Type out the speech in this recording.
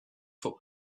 foot